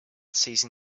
seizing